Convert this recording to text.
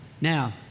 now